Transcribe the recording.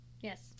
yes